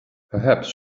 perhaps